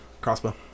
crossbow